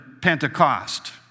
Pentecost